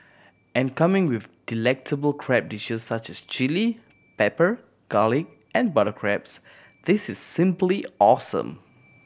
and coming with delectable crab dishes such as chilli pepper garlic and butter crabs this is simply awesome